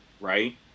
right